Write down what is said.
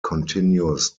continues